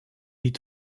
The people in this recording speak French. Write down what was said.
est